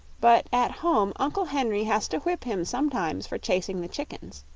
but at home uncle henry has to whip him sometimes for chasing the chickens.